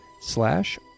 slash